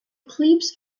clips